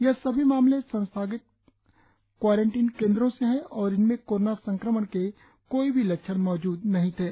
यह सभी मामले संस्थागत क्वारेंटिन केंद्रों से है और इनमें कोरोना संक्रमण के कोई भी लक्षण मौजूद नहीं थे